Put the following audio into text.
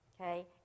okay